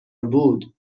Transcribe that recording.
بود